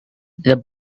the